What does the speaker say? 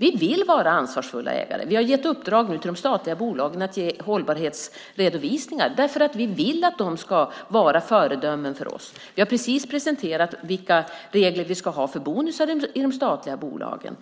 Vi vill vara ansvarsfulla ägare. Vi har nu gett uppdrag till de statliga bolagen att lämna hållbarhetsredovisningar eftersom vi vill att de ska vara föredömen för oss. Vi har alldeles nyligen presenterat vilka regler vi ska ha för bonusar i de statliga bolagen.